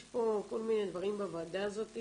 יש פה כל מיני דברים בוועדה הזאת,